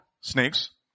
snakes